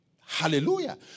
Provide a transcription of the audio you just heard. Hallelujah